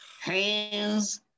Hands